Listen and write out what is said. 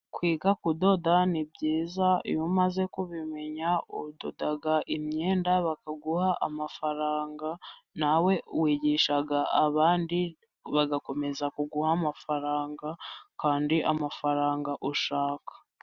Kwiga kudoda ni byiza iyo umaze kubimenya kudoda imyenda bakaguha amafaranga. Nawe wigisha abandi bagakomeza kuguha amafaranga kandi amafaranga ushaka.